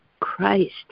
Christ